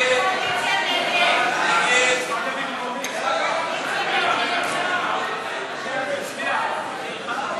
ההצעה להסיר מסדר-היום את הצעת חוק הרבנות הראשית לישראל (תיקון,